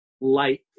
light